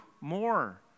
more